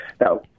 Now